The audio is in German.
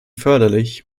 förderlich